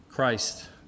Christ